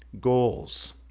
goals